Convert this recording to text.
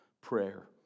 prayer